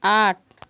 आठ